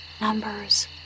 Numbers